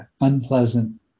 unpleasant